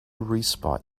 respite